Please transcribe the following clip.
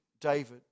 David